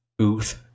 Outh